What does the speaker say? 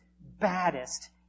baddest